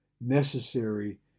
necessary